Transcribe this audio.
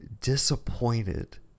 disappointed